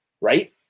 right